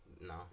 No